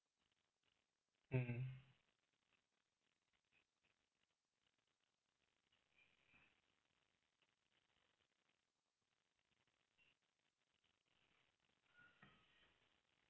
mmhmm